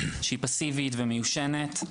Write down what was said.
שהיא פסיבית ומיושנת.